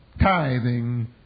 tithing